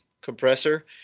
compressor